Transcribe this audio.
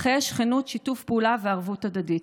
לחיי שכנות, שיתוף פעולה וערבות הדדית.